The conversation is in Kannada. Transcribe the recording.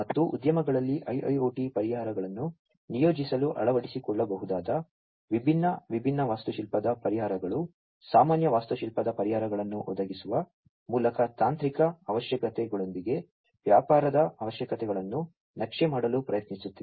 ಮತ್ತು ಉದ್ಯಮಗಳಲ್ಲಿ IIoT ಪರಿಹಾರಗಳನ್ನು ನಿಯೋಜಿಸಲು ಅಳವಡಿಸಿಕೊಳ್ಳಬಹುದಾದ ವಿಭಿನ್ನ ವಿಭಿನ್ನ ವಾಸ್ತುಶಿಲ್ಪದ ಪರಿಹಾರಗಳು ಸಾಮಾನ್ಯ ವಾಸ್ತುಶಿಲ್ಪದ ಪರಿಹಾರಗಳನ್ನು ಒದಗಿಸುವ ಮೂಲಕ ತಾಂತ್ರಿಕ ಅವಶ್ಯಕತೆಗಳೊಂದಿಗೆ ವ್ಯಾಪಾರದ ಅವಶ್ಯಕತೆಗಳನ್ನು ನಕ್ಷೆ ಮಾಡಲು ಪ್ರಯತ್ನಿಸುತ್ತಿದೆ